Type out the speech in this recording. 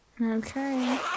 Okay